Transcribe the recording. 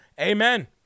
Amen